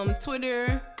Twitter